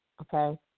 Okay